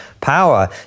Power